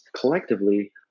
collectively